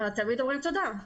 תמיד אומרים תודה.